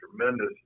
tremendous